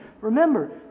Remember